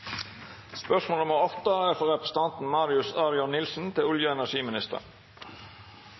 Spørsmål 9, fra representanten Hege Bae Nyholt til olje- og energiministeren,